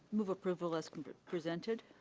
move approval as presented.